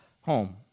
home